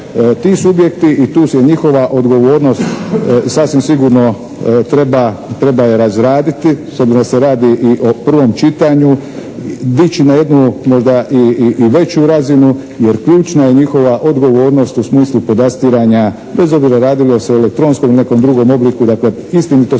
Ti subjekti i tu je njihova odgovornost sasvim sigurno treba, treba je razraditi s obzirom da se radi i o prvom čitanju, dići na jednu možda i veću razinu jer ključna je njihova odgovornost u smislu podastiranja bez obzira radilo se o elektronskom ili nekom drugom obliku, dakle istinitosti